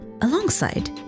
alongside